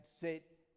sit